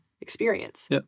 experience